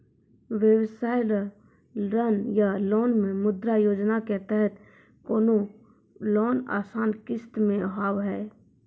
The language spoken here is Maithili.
व्यवसाय ला ऋण या लोन मे मुद्रा योजना के तहत कोनो लोन आसान किस्त मे हाव हाय?